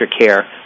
care